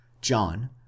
john